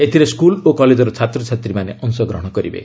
ଏଥିରେ ସ୍କୁଲ୍ ଓ କଲେକ୍ର ଛାତ୍ରଛାତ୍ରୀମାନେ ଅଂଶଗ୍ରହଣ କରିବେ